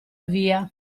via